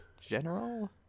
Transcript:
General